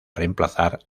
reemplazar